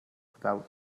without